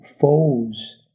foes